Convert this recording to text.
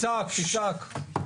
תצעק, תצעק.